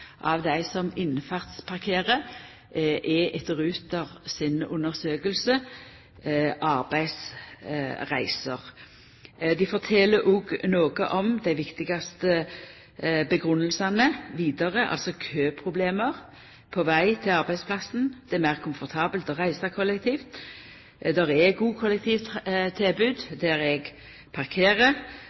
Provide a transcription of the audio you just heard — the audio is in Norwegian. av dei som innfartsparkerer, er etter Ruter si undersøking arbeidsreiser. Det fortel òg noko om dei viktigaste grunngjevingane vidare, altså køproblema på veg til arbeidsplassen. Det er meir komfortabelt å reisa kollektivt. Det er gode kollektivtilbod der eg parkerer,